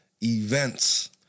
events